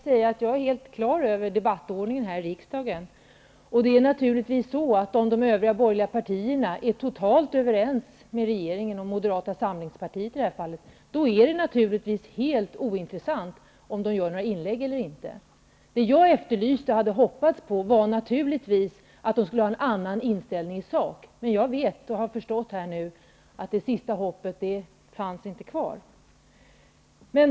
Herr talman! Jag vill först säga till Mikael Odenberg att jag har debattordningen här i riksdagen helt klar för mig. Om de övriga borgerliga partierna är totalt överens med regeringen, och Moderata samlingspartiet i det här fallet, är det naturligtvis helt ointressant om de gör några inlägg eller inte. Det jag efterlyste och hade hoppats på var naturligtvis att de skulle ha en annan inställning i sak. Men jag vet och har förstått här nu att det sista hoppet inte finns kvar.